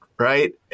Right